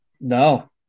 No